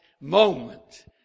moment